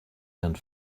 and